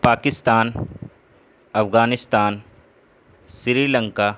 Pakistan Afghanistan Sri Lanka